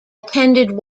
attended